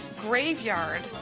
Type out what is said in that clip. graveyard